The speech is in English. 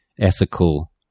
ethical